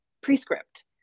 prescript